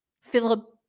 Philip